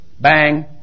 bang